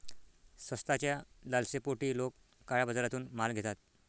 स्वस्ताच्या लालसेपोटी लोक काळ्या बाजारातून माल घेतात